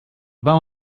vam